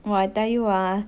!wah! I tell you ah